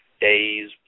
days